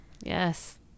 Yes